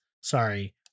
Sorry